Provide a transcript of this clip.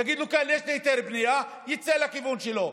יגיד לו: כן, יש לי היתר בנייה, יצא לכיוון שלו.